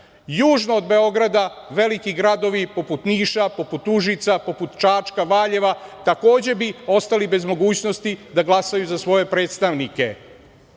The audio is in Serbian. od Beograda veliki gradovi poput Niša, poput Užica, poput Čačka, Valjeva takođe bi ostali bez mogućnosti da glasaju za svoje predstavnike.